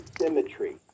symmetry